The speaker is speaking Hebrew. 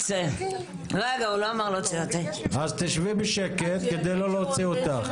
שבי בשקט כדי לא להוציא אותך.